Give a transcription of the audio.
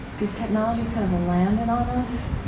these technologies kind of landed on us.